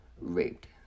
raped